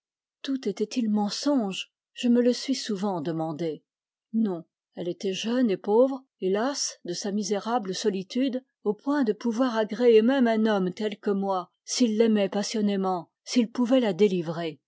était-il mensonge je me le suis souvent demandé non elle était jeune et pauvre et lasse de sa misérable solitude au point de pouvoir agréer même un homme tel que moi s'il l'aimait passionnément s'il pouvait la délivrer